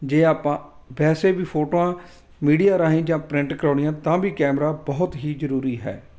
ਜੇ ਆਪਾਂ ਵੈਸੇ ਵੀ ਫੋਟੋਆਂ ਮੀਡੀਆ ਰਾਹੀਂ ਜਾਂ ਪ੍ਰਿੰਟ ਕਰਵਾਉਣੀਆਂ ਤਾਂ ਵੀ ਕੈਮਰਾ ਬਹੁਤ ਹੀ ਜ਼ਰੂਰੀ ਹੈ